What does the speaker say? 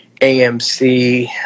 AMC